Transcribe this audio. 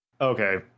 okay